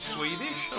Swedish